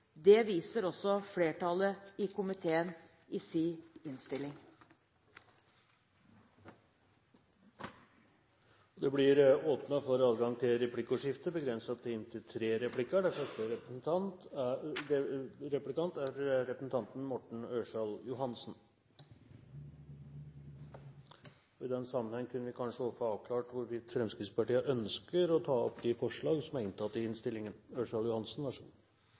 Det viser også flertallet i komiteen i sin innstilling. Det blir åpnet for replikkordskifte. Første replikant er Morten Ørsal Johansen. I den sammenheng kunne vi kanskje også få avklart hvorvidt Fremskrittspartiet ønsker å ta opp de forslagene som er inntatt i innstillingen. Ørsal Johansen, vær så god.